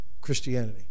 Christianity